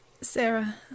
Sarah